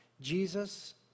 Jesus